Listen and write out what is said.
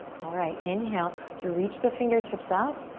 alright, inhale to reach the fingertips up.